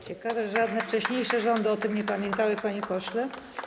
Ciekawe, że żadne wcześniejsze rządy o tym nie pamiętały, panie pośle.